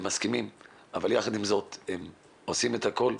מסכימים אבל יחד עם זאת הם עושים את הכל,